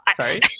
Sorry